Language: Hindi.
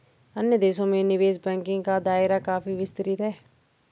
अन्य देशों में निवेश बैंकिंग का दायरा काफी विस्तृत है